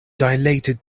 dilated